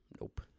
Nope